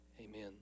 Amen